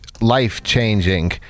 life-changing